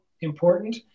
important